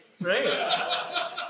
Right